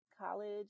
college